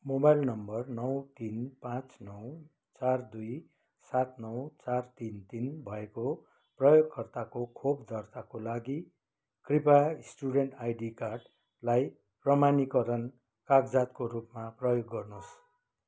mobile number नौ तिन पाँच नौ चार दुई सात नौ चार तिन तिन भएको प्रयोगकर्ताको खोप दर्ताको लागि कृपया स्टुडेन्ट आइडी कार्डलाई प्रमाणीकरण कागजातको रूपमा प्रयोग गर्नुहोस्